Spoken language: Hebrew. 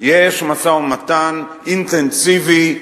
יש משא-ומתן אינטנסיבי,